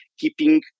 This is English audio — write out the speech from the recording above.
keeping